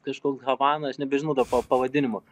kažkok havana aš nebežinau dėl pa pavadinimo